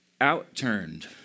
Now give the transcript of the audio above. outturned